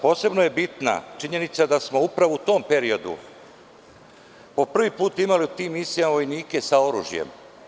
Posebno je bitna činjenica da smo upravo u tom periodu po prvi put imali u tim misijama vojnike sa oružjem.